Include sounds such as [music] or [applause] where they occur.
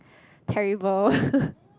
terrible [laughs]